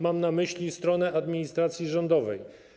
Mam na myśli stronę administracji rządowej.